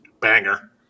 banger